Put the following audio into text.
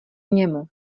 němu